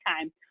time